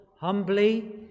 humbly